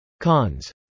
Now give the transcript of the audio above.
Cons